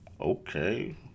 okay